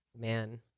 Man